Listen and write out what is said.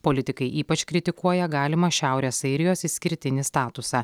politikai ypač kritikuoja galimą šiaurės airijos išskirtinį statusą